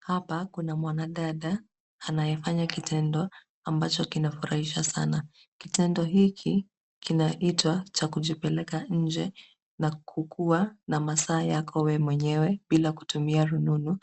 Hapa kuna mwanadada anayefanya kitendo ambacho kinafurahisha sana. Kitendo hiki kinaitwa cha kujipeleka nje na kukuwa na masaa yako wewe mwenyewe bila kutumia rununu